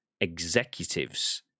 executives